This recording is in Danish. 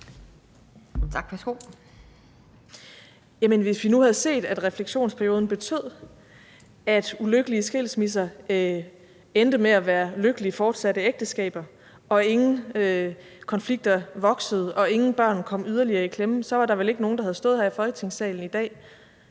Hvis vi nu havde set, at refleksionsperioden betød, at ulykkelige skilsmisser endte med at være lykkelige fortsatte ægteskaber, at ingen konflikter voksede, og at ingen børn kom yderligere i klemme, var der vel ikke nogen, der havde stået her i Folketingssalen i dag